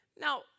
Now